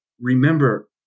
remember